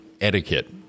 etiquette